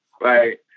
Right